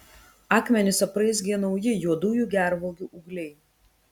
akmenis apraizgė nauji juodųjų gervuogių ūgliai